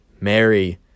Mary